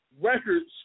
records